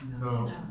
No